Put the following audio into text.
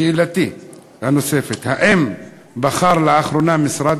שאלתי הנוספת: האם בחר לאחרונה משרד